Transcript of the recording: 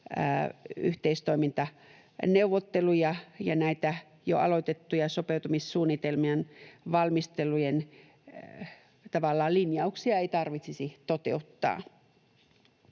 yhteistoimintaneuvotteluja ja näitä jo aloitettuja sopeutumissuunnitelmien valmistelujen linjauksia ei tarvitsisi toteuttaa.